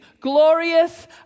glorious